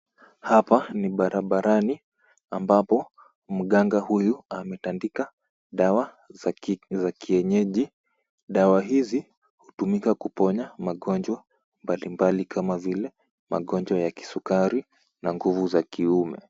Hapa ni barabarani ambapo mganga huyu ametandika dawa za kienyeji. Dawa hizi hutumika kuponya magonjwa mbalimbali kama vile magonjwa ya kisukari na nguvu za kiume.